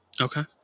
Okay